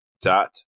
dot